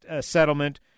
settlement